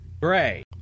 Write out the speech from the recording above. Gray